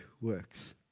works